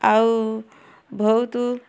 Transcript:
ଆଉ ବହୁତ